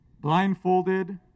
Blindfolded